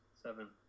Seven